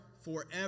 forever